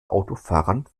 autofahrern